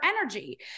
energy